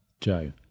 Joe